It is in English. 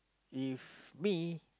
if me